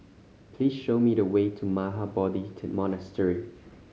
please show me the way to Mahabodhi Monastery